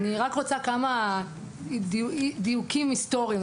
אני רק רוצה כמה אי דיוקים היסטוריים,